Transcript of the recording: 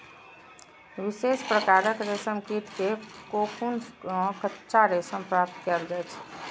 विशेष प्रकारक रेशम कीट के कोकुन सं कच्चा रेशम प्राप्त कैल जाइ छै